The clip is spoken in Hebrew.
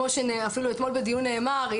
אפילו אתמול בדיון נאמר,